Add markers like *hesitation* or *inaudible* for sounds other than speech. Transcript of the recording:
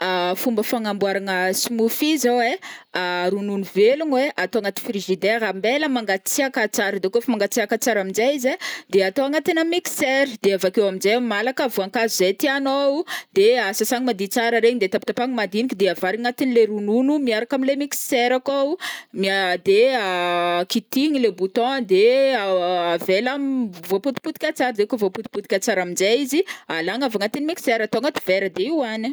Fomba fagnanovagna smoothie zao ai, ronono velogno ai atao agnaty frigidaire ambela mangatsiàka tsara de kô fa mangatsiàka tsara amnjai izy ai de atao agnatina mixer, de avakeo amnjai malaka voankazo ze tianô, de sasagna madio tsara regny de tapatapahagna madigniky de avarina angnatinle ronono miaraka amile mixer akao, mia- *hesitation* de *hesitation* kitihiny le bouton de *hesitation* avela voapotipotika tsara de kô voapotipotika tsara amnjai izy alagna avy agnaty mixer atao agnaty verre de hoanigna.